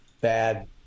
bad